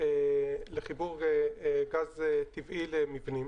לחיבור גז טבעי למבנים